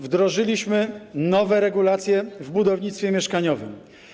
Wdrożyliśmy nowe regulacje w budownictwie mieszkaniowym.